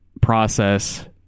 process